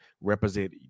represent